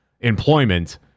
employment